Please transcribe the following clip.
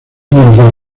miembro